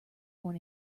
born